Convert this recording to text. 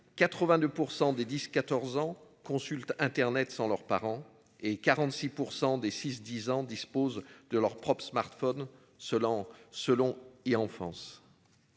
82% des 10 14 ans consultent Internet sans leurs parents et 46% des 6 10 ans disposent de leur propre smartphone selon selon et